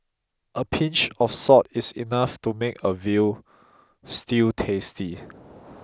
a pinch of salt is enough to make a view stew tasty